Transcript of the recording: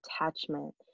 attachment